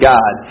God